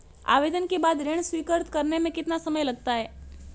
आवेदन के बाद ऋण स्वीकृत करने में कितना समय लगता है?